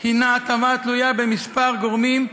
היא הטבה התלויה בכמה גורמים,